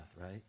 right